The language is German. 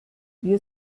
wir